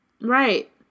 Right